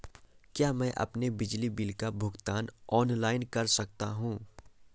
क्या मैं अपने बिजली बिल का भुगतान ऑनलाइन कर सकता हूँ?